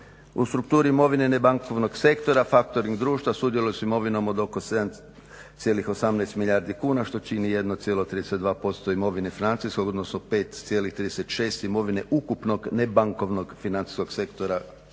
U strukturi imovine nebankovnog sektora factoring društva sudjeluje s imovinom od oko 7,18 milijardi kuna što čini 1,32% imovine financijskog odnosno 5,36 imovine ukupnog nebankovnog financijskog sektora